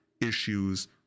issues